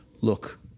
look